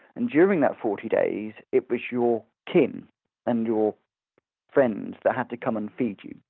and during that forty days it was your kin and your friends that had to come and feed you.